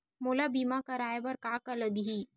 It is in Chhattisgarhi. मोला बीमा कराये बर का का लगही?